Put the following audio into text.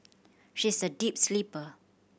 she is a deep sleeper